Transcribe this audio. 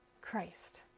Christ